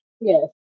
Yes